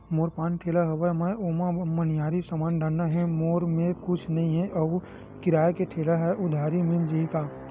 मोर पान ठेला हवय मैं ओमा मनिहारी समान डालना हे मोर मेर कुछ नई हे आऊ किराए के ठेला हे उधारी मिल जहीं का?